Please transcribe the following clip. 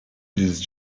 these